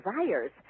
desires